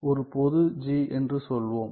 ஒரு பொது g என்று சொல்வோம்